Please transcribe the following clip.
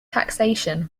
taxation